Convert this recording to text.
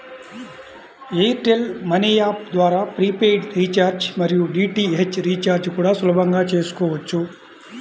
air tell money app ద్వారా prepaid recharge మరియు DTH recharge కూడా సులభంగా చేసుకోవచ్చు